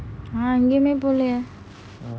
நான் எங்கையுமே போகலியே:nan engaiyumae pogaliyae